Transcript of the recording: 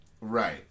Right